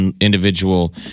individual